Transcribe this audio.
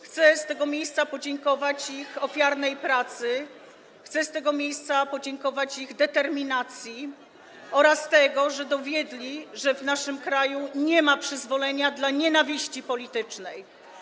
Chcę z tego miejsca podziękować za ich ofiarną pracę, chcę z tego miejsca podziękować za ich determinację oraz za to, że dowiedli, że w naszym kraju nie ma przyzwolenia na nienawiść polityczną.